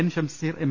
N Shamseer M